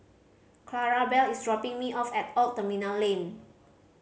Clarabelle is dropping me off at Old Terminal Lane